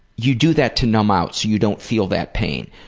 you do that to numb out so you don't feel that pain.